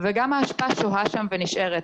וגם האשפה שוהה שם ונשארת.